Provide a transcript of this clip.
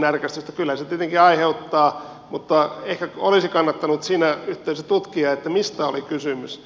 kyllähän se tietenkin aiheuttaa mutta ehkä olisi kannattanut siinä yhteydessä tutkia mistä oli kysymys